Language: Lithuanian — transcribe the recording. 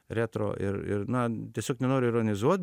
retro ir ir na tiesiog nenoriu ironizuot